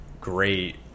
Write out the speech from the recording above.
great